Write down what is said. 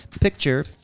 picture